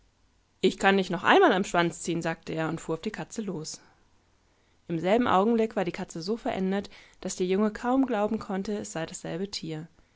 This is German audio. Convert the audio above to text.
ich kann dich noch einmal am schwanz ziehen sagte er und fuhr auf die katzelos im selben augenblick war die katze so verändert daß der junge kaum glaubenkonnte esseidasselbetier jedeshaaraufihremleibesträubtesich derrückenkrümmtesich